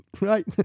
right